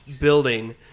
building